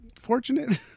Fortunate